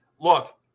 look